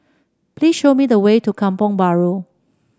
please show me the way to Kampong Bahru